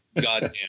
goddamn